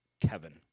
Kevin